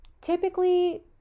typically